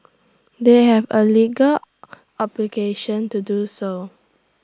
they have A legal obligation to do so